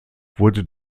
wurde